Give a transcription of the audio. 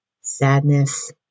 sadness